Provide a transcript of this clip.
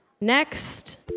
Next